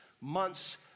months